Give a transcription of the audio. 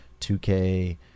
2K